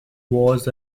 was